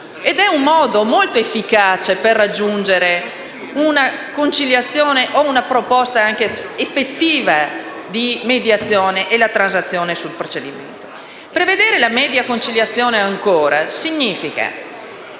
ed è un modo molto efficace per raggiungere una conciliazione o anche una proposta effettiva di mediazione e di transazione sul procedimento. Prevedere la media conciliazione significa